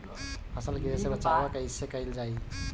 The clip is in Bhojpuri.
फसल गिरे से बचावा कैईसे कईल जाई?